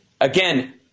Again